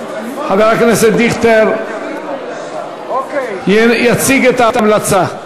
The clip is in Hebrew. חבר הכנסת דיכטר יציג את ההמלצה.